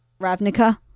Ravnica